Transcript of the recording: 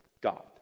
God